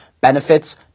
benefits